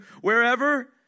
wherever